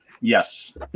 Yes